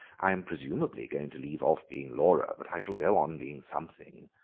i am presumably going to leave off being laura, but i shall go on being something.